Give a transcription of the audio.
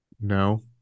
No